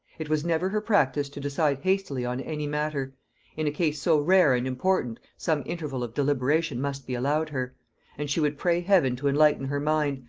it was never her practice to decide hastily on any matter in a case so rare and important some interval of deliberation must be allowed her and she would pray heaven to enlighten her mind,